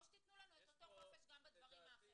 או שתתנו לנו את אותו חופש גם בדברים האחרים.